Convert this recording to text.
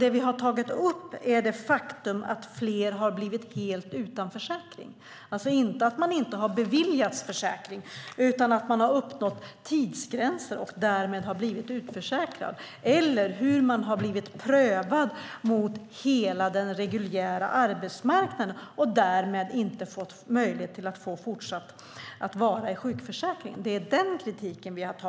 Det vi har tagit upp är det faktum att fler har blivit helt utan försäkring - alltså inte att man inte beviljats försäkring utan att man uppnått tidsgränser och därmed blivit utförsäkrad eller blivit prövad mot hela den reguljära arbetsmarknaden och därmed inte fått möjlighet att fortsatt finnas i sjukförsäkringen. Det är den kritiken vi tagit upp.